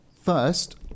first